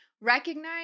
recognize